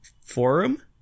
Forum